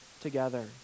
together